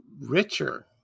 richer